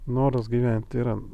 noras gyventi yra